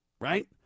right